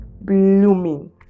blooming